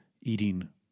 eating